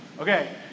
okay